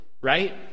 right